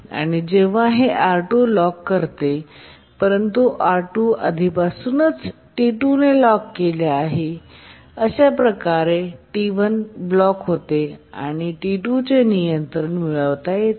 आणि जेव्हा हे R2 लॉक करते परंतु R2 आधीपासूनच T2 ने लॉक केले आहे आणि अशा प्रकारे T1 ब्लॉक होते आणि नंतर T2 चे नियंत्रण मिळते